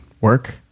work